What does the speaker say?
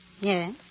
Yes